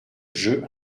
jeux